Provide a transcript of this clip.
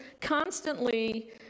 constantly